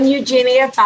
Eugenia